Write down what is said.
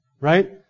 Right